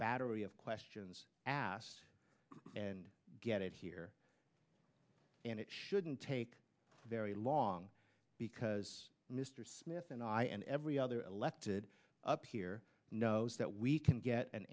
battery of questions asked and get it here and it shouldn't take very long because mr smith and i and every other elected up here knows that we can get an